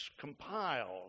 compiled